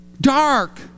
Dark